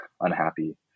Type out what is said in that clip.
unhappy